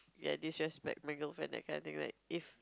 ya this is just my girlfriend that kind of thing right if